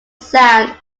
sound